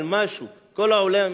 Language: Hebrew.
על משהו,